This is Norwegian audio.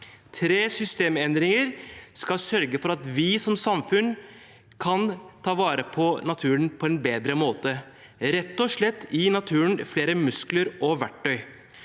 Tre systemendringer skal sørge for at vi som samfunn kan ta vare på naturen på en bedre måte, rett og slett gi naturen flere muskler og verktøy.